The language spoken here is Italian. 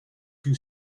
più